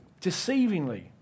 deceivingly